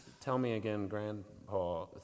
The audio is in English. tell-me-again-grandpa